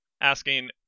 asking